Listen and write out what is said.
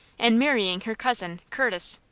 and marrying her cousin, curtis.